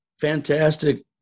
fantastic